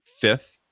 fifth